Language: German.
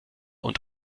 und